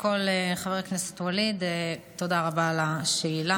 חבר הכנסת ואליד, קודם כול תודה רבה על השאלה.